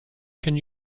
can